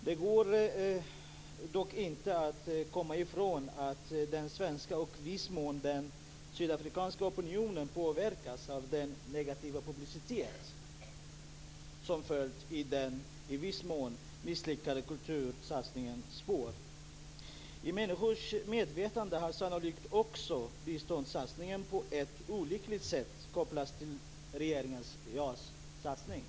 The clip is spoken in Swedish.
Det går inte komma ifrån att den svenska och i viss mån den sydafrikanska opinionen påverkas av den negativa publicitet som följt i den i viss mån misslyckade kultursatsningens spår. I människors medvetande har sannolikt också biståndssatsningen på ett olyckligt sätt kopplats till regeringens JAS satsning.